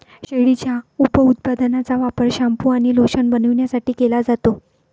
शेळीच्या उपउत्पादनांचा वापर शॅम्पू आणि लोशन बनवण्यासाठी केला जातो